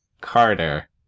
Carter